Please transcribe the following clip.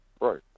right